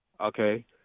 Okay